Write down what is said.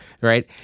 Right